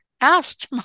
asked